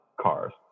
cars